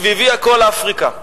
מסביבי הכול אפריקה.